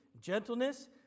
gentleness